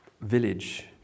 village